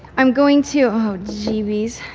i'm going to, oh jeebies,